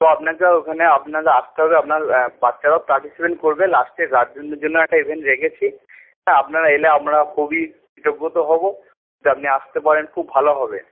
তো আপনাকে ওখানে আপনার আসতে হবে ওখানে বাচ্চারাও পার্টিসিপেন্ট করবে লাস্টে গার্জেন দের জন্যেও একটা ইভেন্ট রেখেছি তা আপনারা এলে আমরা খুবই কৃতজ্ঞত হবো যদি আপনি আসতে পারেন খুব ভালো হবে